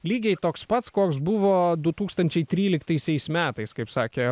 lygiai toks pats koks buvo du tūkstančiai tryliktaisiais metais kaip sakė